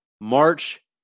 March